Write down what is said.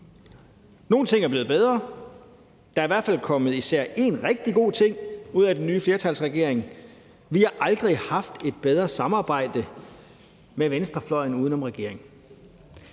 Nogle ting er blevet bedre. Der er i hvert fald kommet især én rigtig god ting ud af den nye flertalsregering: Vi har aldrig haft et bedre samarbejde med venstrefløjen uden om regeringen